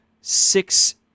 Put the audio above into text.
six